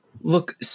look